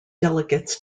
delegates